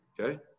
Okay